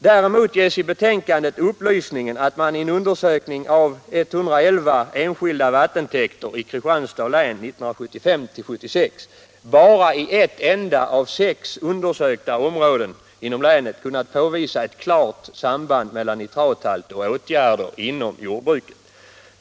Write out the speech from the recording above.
Däremot ges i betänkandet upplysningen att man i en undersökning av 111 enskilda vattentäkter i Kristianstads län 1975-1976 bara i ett enda av sex undersökta områden inom länet kunnat påvisa ett klart samband mellan nitrathalt och åtgärder inom jordbruket.